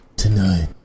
Tonight